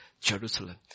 Jerusalem